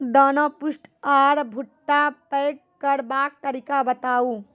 दाना पुष्ट आर भूट्टा पैग करबाक तरीका बताऊ?